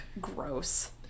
gross